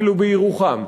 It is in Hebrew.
אפילו בירוחם.